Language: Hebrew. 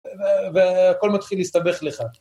והכל מתחיל להסתבך לך.